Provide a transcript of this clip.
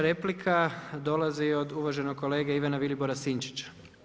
Treća replika dolazi od uvaženog kolege Ivana Vilibora Sinčića.